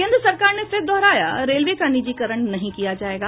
केन्द्र सरकार ने फिर दोहराया रेलवे का निजीकरण नहीं किया जायेगा